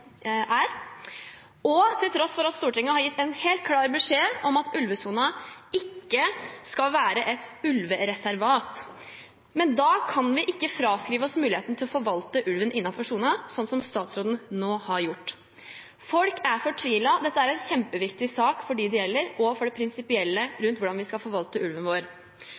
og til tross for at Stortinget har gitt en helt klar beskjed om at ulvesonen ikke skal være et ulvereservat. Men da kan vi ikke fraskrive oss muligheten til å forvalte ulven innenfor sonen, slik statsråden nå har gjort. Folk er fortvilet. Dette er en kjempeviktig sak for dem det gjelder, og for det prinsipielle rundt hvordan vi skal forvalte ulven vår.